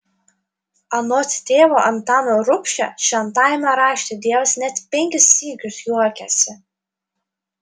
anot tėvo antano rubšio šventajame rašte dievas net penkis sykius juokiasi